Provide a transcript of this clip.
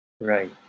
Right